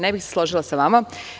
Ne bih se složila sa vama.